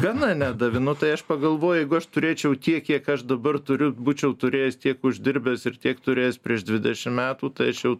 gana nedavė nu tai aš pagalvoji jeigu aš turėčiau tiek kiek aš dabar turiu būčiau turėjęs tiek uždirbęs ir tiek turėjęs prieš dvidešimt metų tai aš jau